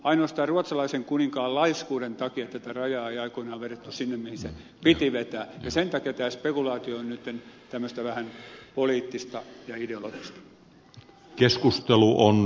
ainoastaan ruotsalaisen kuninkaan laiskuuden takia tätä rajaa ei aikoinaan vedetty sinne mihin se piti vetää ja sen takia tämä spekulaatio on nyt vähän tämmöistä poliittista ja ideologista